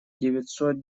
девятьсот